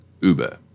Uber